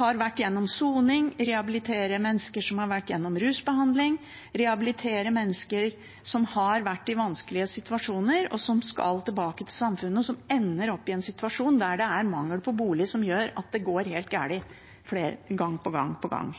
har vært gjennom soning, rehabilitere mennesker som har vært gjennom rusbehandling, rehabilitere mennesker som har vært i vanskelige situasjoner, og som skal tilbake til samfunnet, og som ender opp i en situasjon der det er mangel på bolig som gjør at det går helt galt gang på gang.